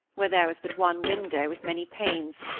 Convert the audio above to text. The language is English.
where there was but one window with many panes,